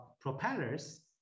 propellers